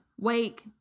Wake